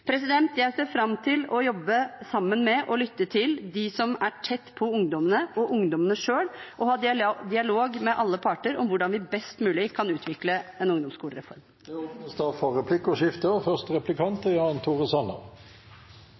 Jeg ser fram til å jobbe sammen med og lytte til dem som er tett på ungdommene og ungdommene selv, og ha dialog med alle parter om hvordan vi best mulig kan utvikle en ungdomsskolereform. Det